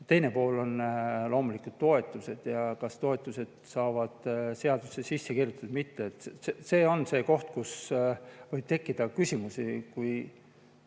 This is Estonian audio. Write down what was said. Teine pool on loomulikult toetused ja see, kas toetused saavad seadusesse sisse kirjutatud või mitte. See on see koht, kus võib tekkida küsimusi, kui